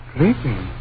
Sleeping